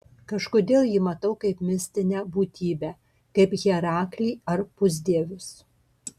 kažkodėl jį matau kaip mistinę būtybę kaip heraklį ar pusdievius